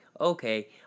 okay